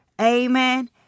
Amen